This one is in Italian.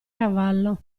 cavallo